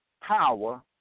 power